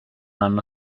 hanno